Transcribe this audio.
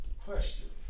Question